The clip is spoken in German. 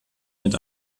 mit